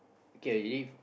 okay usually